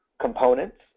components